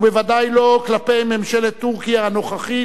ובוודאי לא כלפי ממשלת טורקיה הנוכחית.